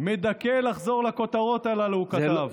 "מדכא לחזור לכותרות הללו", הוא כתב.